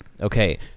Okay